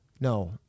no